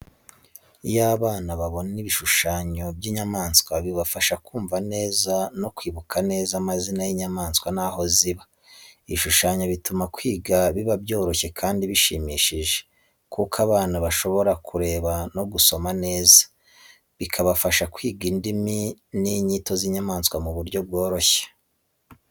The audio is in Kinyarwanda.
Iyo abana babona ibishushanyo by’inyamanswa, bibafasha kumva neza no kwibuka neza amazina y’inyamanswa n’aho ziba. Ibishushanyo bituma kwiga biba byoroshye kandi bishimishije, kuko abana bashobora kureba no gusoma neza, bikabafasha kwiga indimi n’inyito z’inyamaswa mu buryo bworoshye.